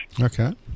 Okay